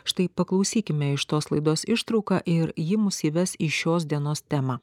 štai paklausykime iš tos laidos ištrauką ir ji mus įves į šios dienos temą